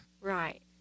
right